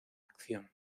acción